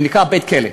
שנקרא בית-כלא.